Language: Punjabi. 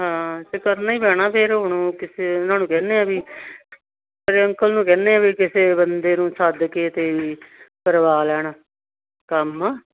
ਹਾਂ ਅਤੇ ਕਰਨਾ ਹੀ ਪੈਣਾ ਫਿਰ ਹੁਣ ਕਿਸੇ ਉਹਨਾਂ ਨੂੰ ਕਹਿੰਦੇ ਹਾਂ ਵੀ ਤੇਰੇ ਅੰਕਲ ਨੂੰ ਕਹਿੰਦੇ ਹਾਂ ਕਿਸੇ ਬੰਦੇ ਨੂੰ ਸੱਦ ਕੇ ਅਤੇ ਵੀ ਕਰਵਾ ਲੈਣ ਕੰਮ